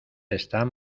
están